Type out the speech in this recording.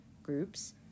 groups